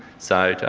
so,